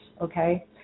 Okay